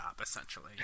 essentially